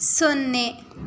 ಸೊನ್ನೆ